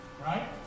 right